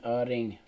öring